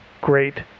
great